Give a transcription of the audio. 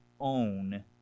own